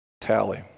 Tally